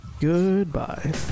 Goodbye